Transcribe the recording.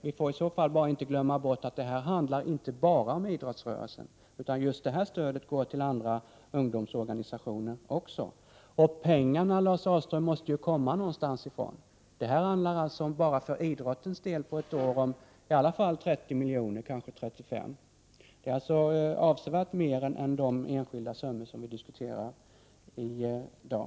Vi får då inte glömma bort att det inte bara handlar om idrottsrörelsen, utan just detta stöd går också till andra ungdomsorganisationer. Men pengarna måste ju komma någonstans ifrån, Lars Ahlström. Ökningen handlar alltså bara för idrottens del om 30 eller 35 milj.kr. på ett år. Det är avsevärt mer än de enskilda summor som vi diskuterar i dag.